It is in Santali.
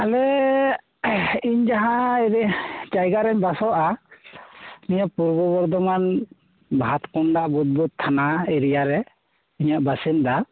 ᱟᱞᱮ ᱤᱧ ᱡᱟᱦᱟᱸ ᱮᱨᱤᱭᱟ ᱡᱟᱭᱜᱟᱨᱮᱧ ᱵᱟᱥᱚᱜᱼᱟ ᱱᱤᱭᱟᱹ ᱯᱩᱨᱵᱚ ᱵᱚᱨᱫᱷᱚᱢᱟᱱ ᱵᱷᱟᱛᱠᱚᱸᱱᱰᱟ ᱵᱩᱫᱽᱵᱩᱫ ᱛᱷᱟᱱᱟ ᱮᱨᱤᱭᱟ ᱨᱮ ᱤᱧᱟᱹᱜ ᱵᱟᱥᱤᱱᱫᱟ